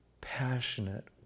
passionate